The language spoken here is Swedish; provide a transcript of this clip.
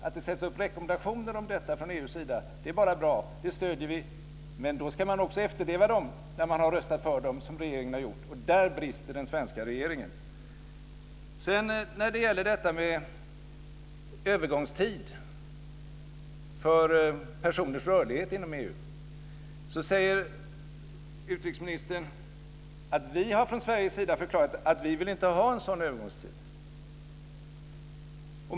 Att det sätts upp rekommendationer om detta från EU:s sida är bara bra, och det stöder vi. Men då ska man också efterleva dem när man har röstat för dem, som regeringen har gjort. Där brister den svenska regeringen. Sedan när det gäller detta med övergångstid för personers rörlighet inom EU säger utrikesministern att vi från Sveriges sida har förklarat att vi inte vill ha någon sådan övergångstid.